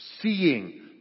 seeing